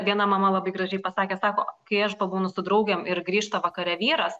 viena mama labai gražiai pasakė sako kai aš pabūnu su draugėm ir grįžta vakare vyras